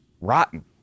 rotten